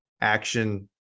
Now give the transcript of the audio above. action